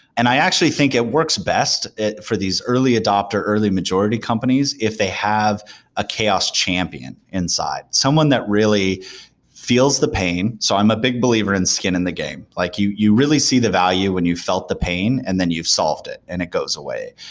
and i actually think it works best for these early adopter, early majority companies if they have a chaos champion inside, someone that really feels the pain. so i'm a big believer in skin in the game. like you you really see the value when you felt the pain and then you've solved it and it goes away.